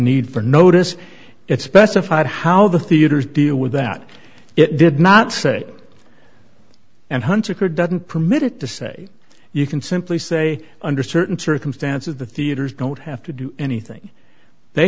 need for notice it specified how the theaters deal with that it did not say and hunsaker doesn't permit it to say you can simply say under certain circumstances the theaters don't have to do anything they